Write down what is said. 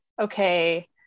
okay